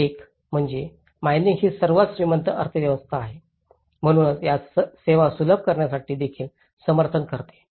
तर एक म्हणजे खाण ही सर्वात श्रीमंत अर्थव्यवस्था आहे म्हणूनच या सेवा सुलभ करण्यासाठी देखील समर्थन करते